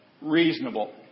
reasonable